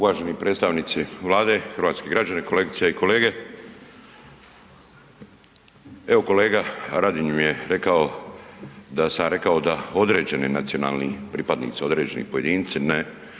Uvaženi predstavnici Vlade, hrvatski građani, kolegice i kolege. Evo kolega Radin je rekao da sam ja rekao da određena nacionalni pripadnici, određeni pojedinci ja